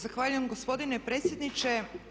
Zahvaljujem gospodine predsjedniče.